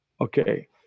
Okay